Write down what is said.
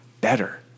better